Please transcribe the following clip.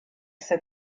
said